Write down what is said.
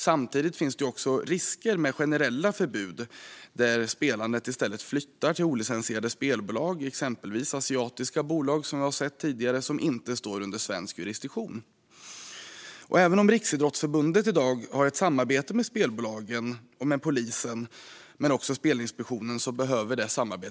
Samtidigt finns det risker med generella förbud, då spelandet i stället flyttar till olicensierade spelbolag, så som vi har sett tidigare, exempelvis asiatiska bolag som inte står under svensk jurisdiktion. Även om Riksidrottsförbundet i dag har ett samarbete med spelbolagen och polisen men också med Spelinspektionen behöver det stärkas.